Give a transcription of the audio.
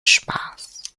spaß